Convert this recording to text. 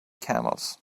camels